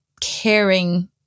caring